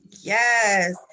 yes